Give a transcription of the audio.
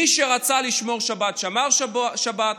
מי שרצה לשמור שבת שמר שבת,